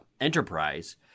Enterprise